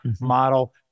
model